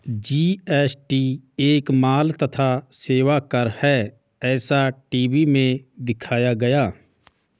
GST एक माल तथा सेवा कर है ऐसा टी.वी में दिखाया गया